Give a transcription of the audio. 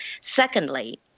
Secondly